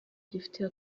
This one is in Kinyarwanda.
gifitiye